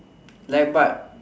like but